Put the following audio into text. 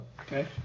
okay